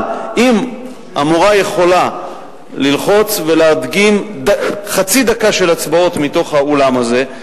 אבל אם המורה יכולה ללחוץ ולהדגים חצי דקה של הצבעות מתוך האולם הזה,